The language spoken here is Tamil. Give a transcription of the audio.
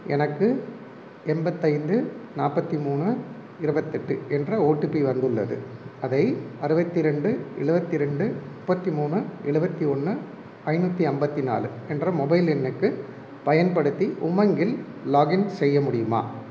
எனக்கு எண்பத்தைந்து நாற்பத்தி மூணு இருபத்தெட்டு என்ற ஓடிபி வந்துள்ளது அதை அறுபத்தி ரெண்டு எழுபத்தி ரெண்டு முப்பத்தி மூணு எழுபத்தி ஒன்று ஐநூற்றி ஐம்பத்தி நாலு என்ற மொபைல் எண்ணுக்குப் பயன்படுத்தி உமங்கில் லாக்இன் செய்ய முடியுமா